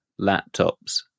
laptops